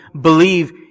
believe